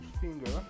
finger